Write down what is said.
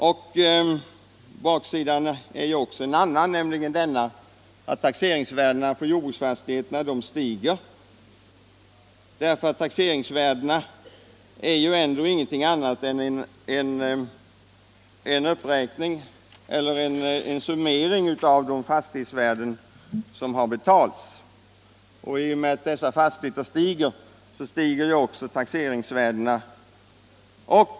En annan baksida, är den, att taxeringsvärdena på jordbruksfastigheterna stiger. Och taxeringsvärdena är ju ingenting annat än en framskrivning av de fastighetspriser som har betalats. I och med att priserna på försålda fastigheter höjts stiger taxeringsvärdena.